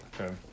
okay